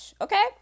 Okay